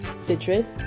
Citrus